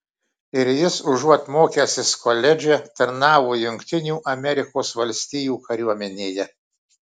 ir jis užuot mokęsis koledže tarnavo jungtinių amerikos valstijų kariuomenėje